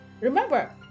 Remember